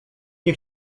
nie